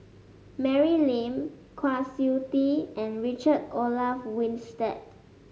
Mary Lim Kwa Siew Tee and Richard Olaf Winstedt